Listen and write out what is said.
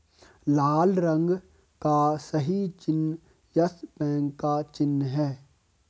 लाल रंग का सही चिन्ह यस बैंक का चिन्ह है